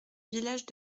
village